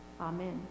Amen